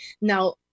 Now